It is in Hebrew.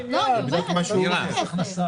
מוציאה.